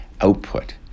output